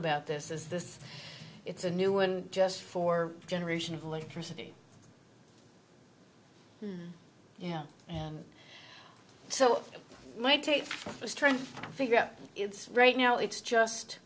about this is this it's a new one just for generation of electricity yeah and so my take is trying to figure out it's right now it's just